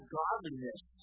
godliness